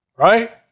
Right